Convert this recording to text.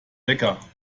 lecker